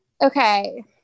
Okay